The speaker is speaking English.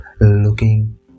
looking